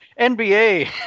NBA